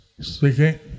speaking